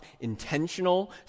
intentional